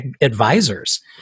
advisors